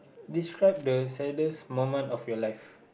describe the saddest moment of your life